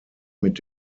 mit